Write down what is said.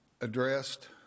addressed